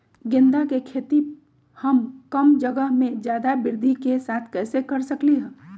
गेंदा के खेती हम कम जगह में ज्यादा वृद्धि के साथ कैसे कर सकली ह?